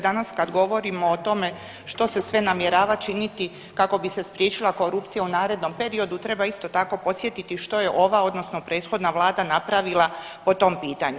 Danas kad govorimo o tome što se sve namjerava činiti kako bi se spriječila korupcija u narednom periodu, treba isto tako podsjetiti što je ova, odnosno prethodna Vlada napravila po tom pitanju.